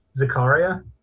Zakaria